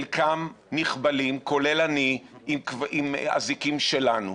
חלקם נכבלים, כולל אני, עם אזיקים שלנו,